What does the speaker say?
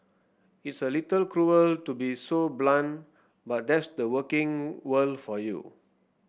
it's a little cruel to be so blunt but that's the working world for you